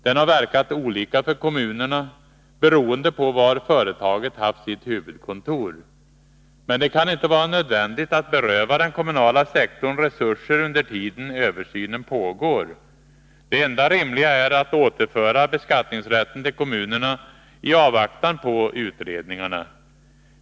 Den har verkat olika för kommunerna, beroende på var företaget haft sitt huvudkontor. Men det kan inte vara nödvändigt att beröva den kommunala sektorn resurser under den tid översynen pågår. Det enda rimliga är att återföra beskattningsrätten till kommunerna i avvaktan på utredningarna.